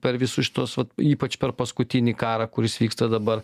per visus šituos vat ypač per paskutinį karą kuris vyksta dabar